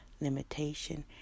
limitation